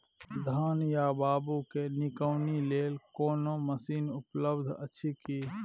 धान या बाबू के निकौनी लेल कोनो मसीन उपलब्ध अछि की?